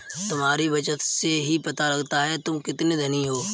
तुम्हारी बचत से ही पता लगता है तुम कितने धनी हो